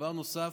דבר נוסף,